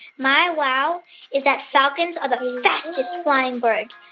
my wow is that falcons are the fastest flying bird.